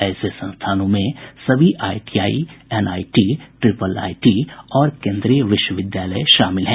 ऐसे संस्थानों में सभी आईटीआई एनआईटी ट्रिपल आईटी और केन्द्रीय विश्वविद्यालय शामिल हैं